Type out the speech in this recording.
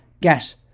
get